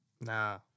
Nah